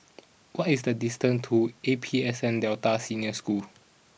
what is the distant to A P S N Delta Senior School